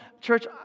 church